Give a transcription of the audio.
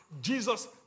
Jesus